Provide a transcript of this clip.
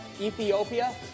Ethiopia